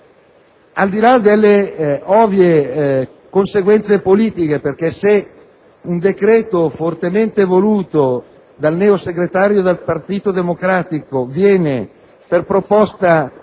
Al di là delle ovvie conseguenze politiche, se un decreto fortemente voluto dal neosegretario del Partito Democratico viene, per proposta